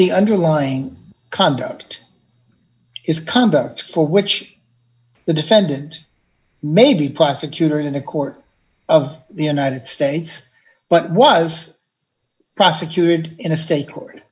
the underlying conduct is conduct for which the defendant may be prosecutor in a court of the united states but was prosecuted in a state court